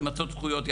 למצות את הזכויות,